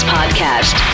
Podcast